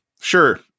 sure